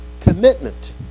commitment